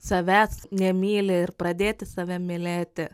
savęs nemyli ir pradėti save mylėti